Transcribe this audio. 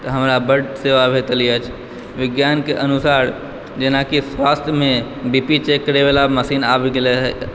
तऽ हमरा बड सेवा भेटल अछि विज्ञान के अनुसार जेनाकि स्वास्थ्यमे बी पी चेक करय वला मशीन आबि गेलै हँ